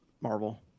Marvel